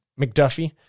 McDuffie